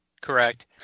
correct